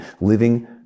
living